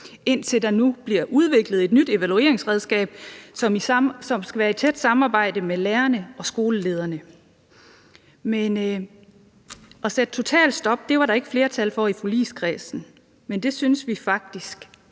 indtil der nu bliver udviklet et nyt evalueringsredskab, som skal være i et tæt samarbejde med lærerne og skolelederne. Men at sætte et totalt stop var der ikke flertal for i forligskredsen, men det syntes vi faktisk